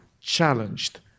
challenged